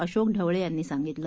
अशोक ढवळे यांनी सांगितलं